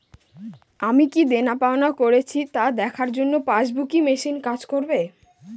আমি কি কি দেনাপাওনা করেছি তা দেখার জন্য পাসবুক ই মেশিন কাজ করবে?